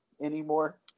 anymore